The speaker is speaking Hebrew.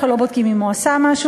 אנחנו לא בודקים אם הוא עשה משהו?